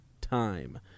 time